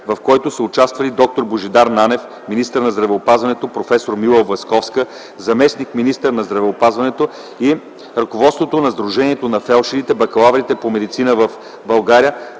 в която са участвали д-р Божидар Нанев – министър на здравеопазването, проф. Мила Власковска – заместник-министър на здравеопазването, и ръководството на Сдружението на фелдшерите-бакалаври по медицина в България,